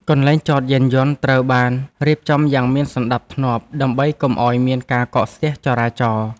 កន្លែងចតយានយន្តត្រូវបានរៀបចំយ៉ាងមានសណ្តាប់ធ្នាប់ដើម្បីកុំឱ្យមានការកកស្ទះចរាចរណ៍។